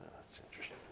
that's interesting.